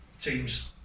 teams